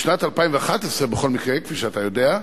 בכל מקרה, בשנת 2011, כפי שאתה יודע,